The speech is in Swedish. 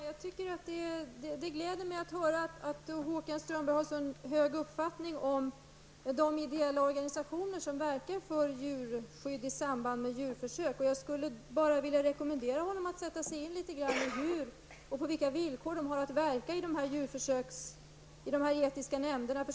Herr talman! Det gläder mig att höra att Håkan Strömberg har så höga tankar om de ideella organisationer som verkar för djurskydd i samband med djurförsök. Jag skulle vilja rekommendera honom att sätta sig litet grand in i hur och på vilka villkor organisationerna har att verka i dessa etiska nämnder.